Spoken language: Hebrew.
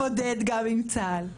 נתמודד גם עם צה"ל.